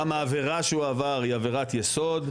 גם העבירה שהוא עבר היא עבירת יסוד.